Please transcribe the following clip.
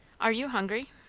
are you hungry?